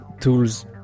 tools